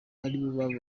aribo